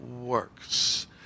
works